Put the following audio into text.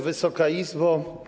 Wysoka Izbo!